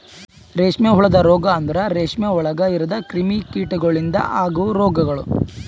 ರೇಷ್ಮೆ ಹುಳದ ರೋಗ ಅಂದುರ್ ರೇಷ್ಮೆ ಒಳಗ್ ಇರದ್ ಕ್ರಿಮಿ ಕೀಟಗೊಳಿಂದ್ ಅಗವ್ ರೋಗಗೊಳ್